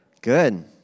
good